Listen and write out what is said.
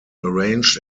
arranged